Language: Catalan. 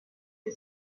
que